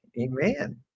Amen